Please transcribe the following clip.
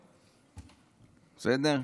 בסדר?